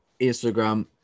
Instagram